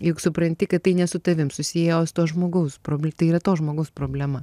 juk supranti kad tai ne su tavim susiję o su to žmogaus probl tai yra to žmogaus problema